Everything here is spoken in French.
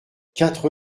quatre